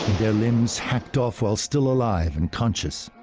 their limbs hacked off while still alive and conscious.